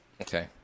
Okay